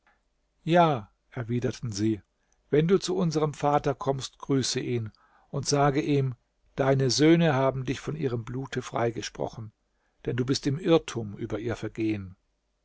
ja erwiderten sie wenn du zu unserm vater kommst grüße ihn und sage ihm deine söhne haben dich von ihrem blute freigesprochen denn du bist im irrtum über ihr vergehen